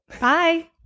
Bye